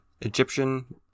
Egyptian